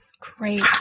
Great